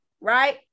Right